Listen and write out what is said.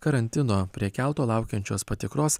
karantino prie kelto laukiančios patikros